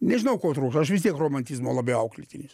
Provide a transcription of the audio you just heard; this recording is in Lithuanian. nežinau ko trūksta aš vis tiek romantizmo labiau auklėtinis